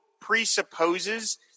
presupposes